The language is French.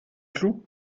cloud